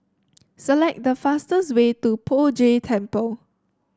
select the fastest way to Poh Jay Temple